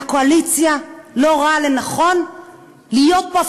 נציג אחד מהקואליציה לא ראה לנכון להיות פה.